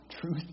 truth